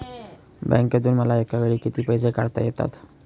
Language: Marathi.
बँकेतून मला एकावेळी किती पैसे काढता येतात?